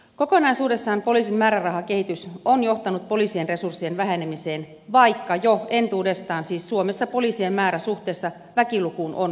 kokonaisuudessaan poliisin määrärahakehitys on johtanut poliisin resurssien vähenemiseen vaikka jo entuudestaan siis suomessa poliisien määrä suhteessa väkilukuun on maailman pienimpiä